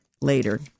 later